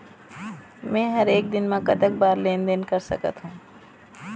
मे हर एक दिन मे कतक बार लेन देन कर सकत हों?